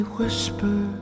whisper